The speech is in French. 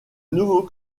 nouveau